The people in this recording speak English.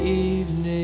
evening